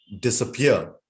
disappear